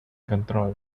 control